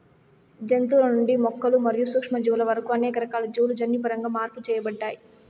జంతువుల నుండి మొక్కలు మరియు సూక్ష్మజీవుల వరకు అనేక రకాల జీవులు జన్యుపరంగా మార్పు చేయబడ్డాయి